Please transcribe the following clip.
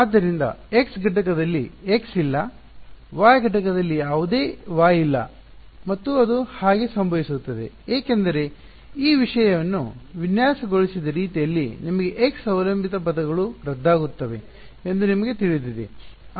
ಆದ್ದರಿಂದ x ಘಟಕದಲ್ಲಿ x ಇಲ್ಲ y ಘಟಕದಲ್ಲಿ ಯಾವುದೇ y ಇಲ್ಲ ಮತ್ತು ಅದು ಹಾಗೆ ಸಂಭವಿಸುತ್ತದೆ ಏಕೆಂದರೆ ಈ ವಿಷಯವನ್ನು ವಿನ್ಯಾಸಗೊಳಿಸಿದ ರೀತಿಯಲ್ಲಿ ನಿಮಗೆ x ಅವಲಂಬಿತ ಪದಗಳು ರದ್ದಾಗುತ್ತವೆ ಎಂದು ನಿಮಗೆ ತಿಳಿದಿದೆ